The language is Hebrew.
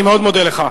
אני מאוד מודה לך.